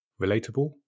relatable